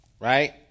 right